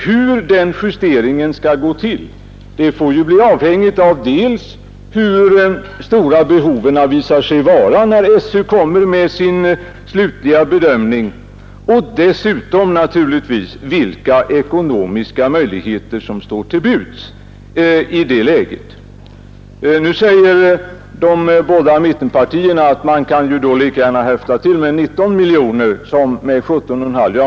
Hur den justeringen skall gå till får bli avhängigt dels av hur stora behoven visar sig vara när SÖ kommer med sin slutliga bedömning, dels naturligtvis av vilka ekonomiska möjligheter som står till buds i det läget. Nu säger de båda mittenpartierna att man lika gärna kan höfta till med 19 miljoner som med 17,5 miljoner.